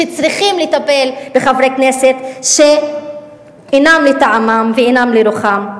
שצריכים לטפל בחברי כנסת שאינם לטעמם ואינם לרוחם.